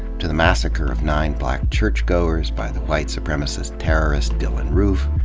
to the massacre of nine black churchgoers by the white supremacist terrorist dylan roof,